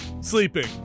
sleeping